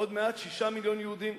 עוד מעט 6 מיליוני יהודים,